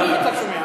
ממי אתה שומע?